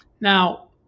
Now